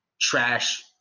trash